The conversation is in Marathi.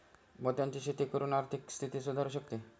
मोत्यांची शेती करून आर्थिक स्थिती सुधारु शकते